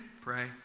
Pray